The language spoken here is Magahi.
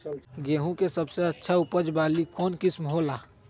गेंहू के सबसे अच्छा उपज वाली कौन किस्म हो ला?